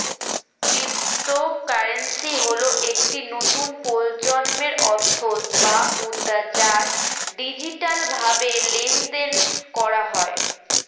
cryptocurrency হল একটি নতুন প্রজন্মের অর্থ বা মুদ্রা যা ডিজিটালভাবে লেনদেন করা হয়